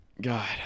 god